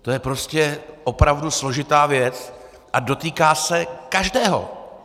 To je prostě opravdu složitá věc a dotýká se každého.